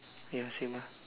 ya same ah